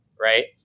right